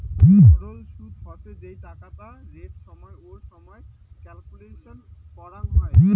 সরল সুদ হসে যেই টাকাটা রেট সময় এর ওপর ক্যালকুলেট করাঙ হই